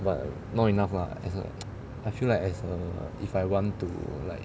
but not enough lah as a I feel like as err if I want to like